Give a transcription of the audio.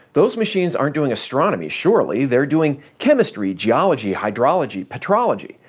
those machines aren't doing astronomy, surely. they're doing chemistry, geology, hydrology, petrology,